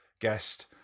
guest